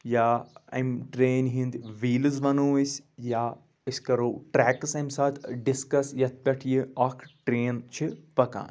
یا اَمہِ ٹرٛینہِ ہِنٛدۍ ویٖلٕز وَنو أسۍ یا أسۍ کَرو ٹرٛیکٕس اَمہِ ساتہٕ ڈِسکَس یَتھ پٮ۪ٹھ یہِ اَکھ ٹرٛین چھِ پَکان